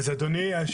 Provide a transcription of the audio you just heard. ממתי?